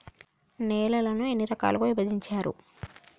నేలలను ఎన్ని రకాలుగా విభజించారు?